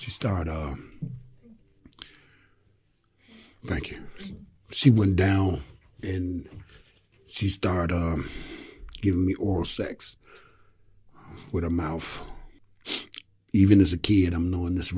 she started thank you she went down and she started giving me or sex with her mouth even as a kid i'm new in this